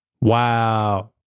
Wow